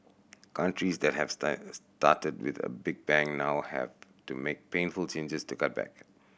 countries that have started with a big bang now have to make painful changes to cut back